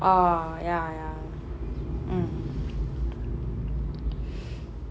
orh ya ya mm